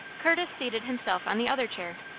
curtis seated himself on the other chair.